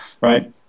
right